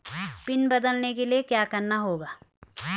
Pin बदलने के लिए क्या करना होगा?